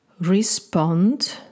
respond